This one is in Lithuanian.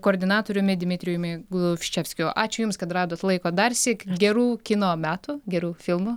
koordinatoriumi dmitrijumi gluščevskiu ačiū jums kad radot laiko darsyk gerų kino metų gerų filmų